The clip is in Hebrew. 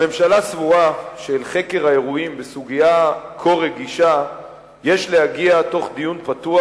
הממשלה סבורה שאל חקר האירועים בסוגיה כה רגישה יש להגיע תוך דיון פתוח,